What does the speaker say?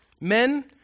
Men